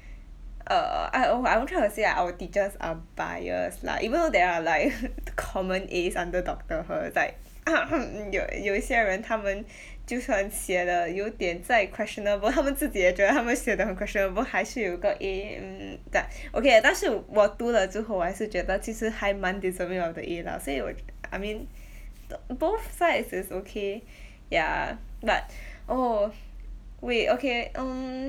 err I oh I won't try to say our teachers are biased lah even though there are like common As under doctor Herr is like err hmm 有有一些人他们 就算写了有点再 questionable 他们自己也觉得他们写得很 questionable 还是有个 A um tha~ okay ah 但是我读了之后还是觉得其实还蛮 deserving of the A lah 所以我觉 !hais! I mean the both sides is okay ya but oh wait okay um